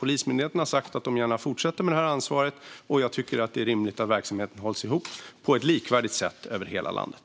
Polismyndigheten har sagt att de gärna fortsätter att ha detta ansvar, och jag tycker att det är rimligt att verksamheten hålls ihop på ett likvärdigt sätt över hela landet.